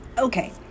Okay